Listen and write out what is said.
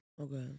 Okay